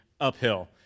uphill